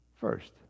first